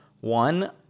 One